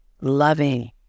loving